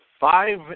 five